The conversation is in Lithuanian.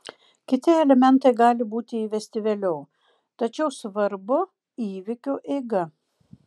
kiti elementai gali būti įvesti vėliau tačiau svarbu įvykių eiga